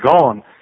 gone